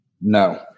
No